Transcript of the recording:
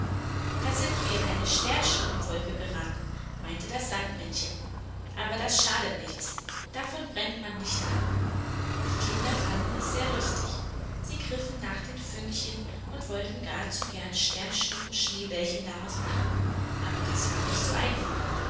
da sind wir in eine sternschnuppenwolke geraten meinte das sandmännchen aber das schadet nichts davon brennt man nicht an die kinder fanden es sehr lustig sie griffen nach den fünkchen und wollten gar zu gern sternschnuppen schneebällchen daraus machen aber das war nicht so einfach